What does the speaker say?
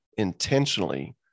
Intentionally